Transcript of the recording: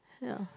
ya